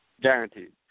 guaranteed